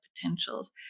potentials